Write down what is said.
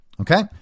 Okay